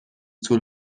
طول